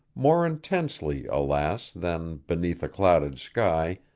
more intensely, alas! than, beneath a clouded sky,